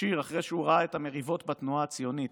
שיר אחרי שהוא ראה את המריבות בתנועה הציונית,